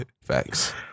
Facts